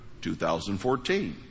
2014